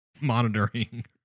monitoring